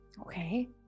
Okay